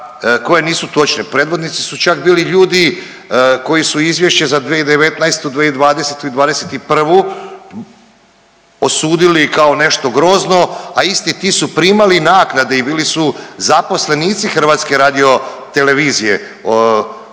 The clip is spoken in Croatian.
koje nisu točne. Predvodnici su čak bili ljudi koji su izvješće za 2019., 2020. i '21. osudili kao nešto grozno, a isti ti su primali naknade i bili su zaposlenici HRT-a. Obitelj